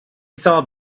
saw